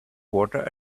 water